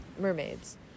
mermaids